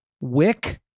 Wick